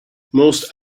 most